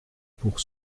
pour